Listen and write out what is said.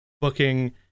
booking